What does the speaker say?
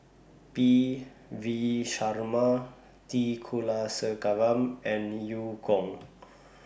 P V Sharma T Kulasekaram and EU Kong